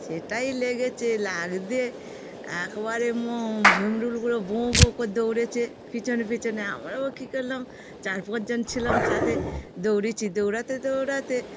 সেটায় লেগেছে লাগতে একবারে ম ভিমরুলগুলো বোঁ বোঁ করে দৌড়েছেে পিছনে পিছনে আমরাও কী করলাম চার পাঁচজন ছিলাম সাথে দৌড়েছি দৌড়াতে দৌড়াতে